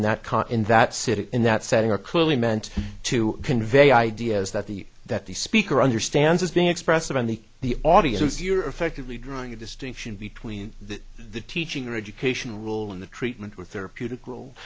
in that car in that city in that setting are clearly meant to convey ideas that the that the speaker understands as being expressive on the the audience you're effectively drawing a distinction between the teaching of education rule in the treatment with therapeutic rules